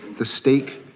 the steak,